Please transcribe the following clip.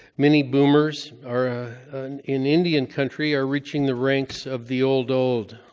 many boomers are ah in indian country are reaching the ranks of the old-old.